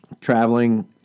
Traveling